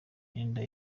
n’imyenda